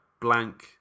blank